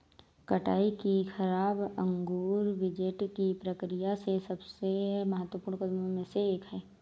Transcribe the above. कटाई की शराब अंगूर विंटेज की प्रक्रिया में सबसे महत्वपूर्ण कदमों में से एक है